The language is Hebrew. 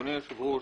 אדוני היושב-ראש,